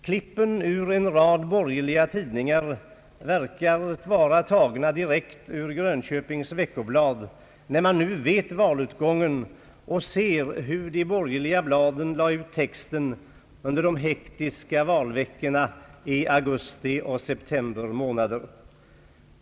Klippen ur en rad borgerliga tidningar verkar vara tagna direkt ur Grönköpings Veckoblad, när man nu vet valutgången och ser hur de borgerliga bladen lade ut texten under de hektiska valveckorna i augusti och september månader.